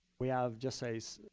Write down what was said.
we have, just say, so